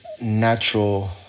natural